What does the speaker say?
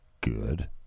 good